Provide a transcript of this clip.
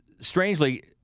strangely